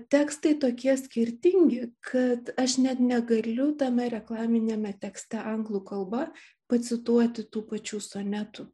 tekstai tokie skirtingi kad aš net negaliu tame reklaminiame tekste anglų kalba pacituoti tų pačių sonetų